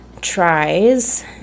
tries